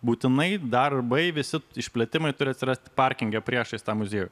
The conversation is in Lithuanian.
būtinai darbai visi išplėtimai turi atsirasti parkinge priešais tą muziejų